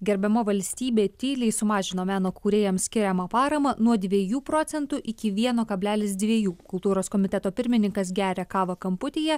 gerbiama valstybė tyliai sumažino meno kūrėjams skiriamą paramą nuo dviejų procentų iki vieno kablelis dviejų kultūros komiteto pirmininkas geria kavą kamputyje